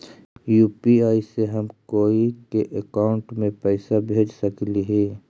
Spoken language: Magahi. यु.पी.आई से हम कोई के अकाउंट में पैसा भेज सकली ही?